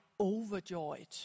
overjoyed